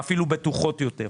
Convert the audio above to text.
ואפילו בטוחות יותר.